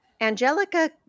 Angelica